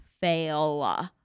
fail